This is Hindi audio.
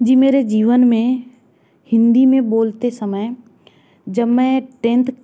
जी मेरे जीवन में हिंदी में बोलते समय जब मैं टेंथ